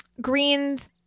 greens